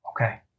Okay